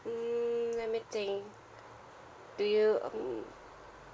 hmm let me think do you um